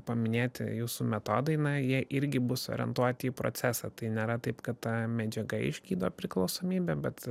paminėti jūsų metodai na jie irgi bus orientuoti į procesą tai nėra taip kad ta medžiaga išgydo priklausomybę bet